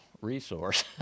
resource